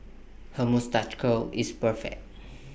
her moustache curl is perfect